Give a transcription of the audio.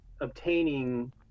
obtaining